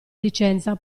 licenza